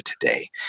today